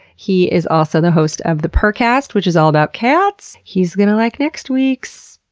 he is also the host of the purrrcast, which is all about cats. he's gonna like next week's!